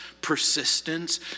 persistence